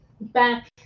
Back